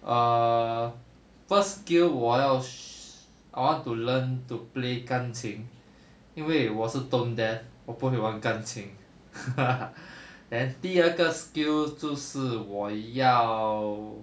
err first skill 我要 I want to learn to play 钢琴因为我是 tone death 我不可以玩钢琴 then 第二个 skill 就是我要